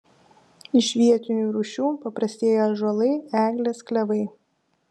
iš vietinių rūšių paprastieji ąžuolai eglės klevai